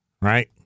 right